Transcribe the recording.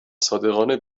صادقانه